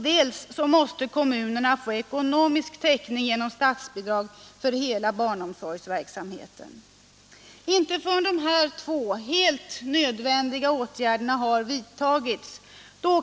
Dels måste kommunerna få ekonomisk täckning genom statsbidrag för hela barnomsorgsverksamheten. Inte förrän dessa två helt nödvändiga åtgärder har vidtagits